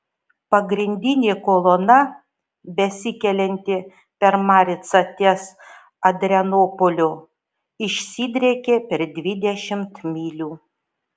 pagrindinė kolona besikelianti per maricą ties adrianopoliu išsidriekė per dvidešimt mylių